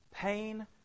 Pain